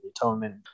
atonement